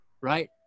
right